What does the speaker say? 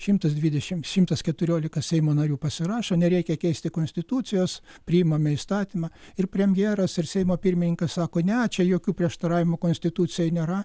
šimtas dvidešim šimtas keturiolika seimo narių pasirašo nereikia keisti konstitucijos priimame įstatymą ir premjeras ir seimo pirmininkas sako ne čia jokių prieštaravimų konstitucijai nėra